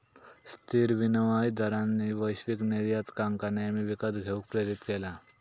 स्थिर विनिमय दरांनी वैश्विक निर्यातकांका नेहमी विकत घेऊक प्रेरीत केला